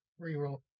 Reroll